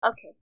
Okay